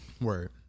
Word